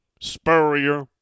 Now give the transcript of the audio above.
Spurrier